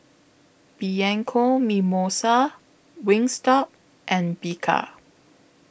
Bianco Mimosa Wingstop and Bika